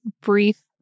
brief